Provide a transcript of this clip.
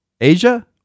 Asia